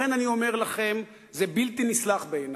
לכן, אני אומר לכם שזה בלתי נסלח בעיני.